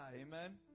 amen